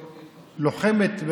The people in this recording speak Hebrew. לוחמת.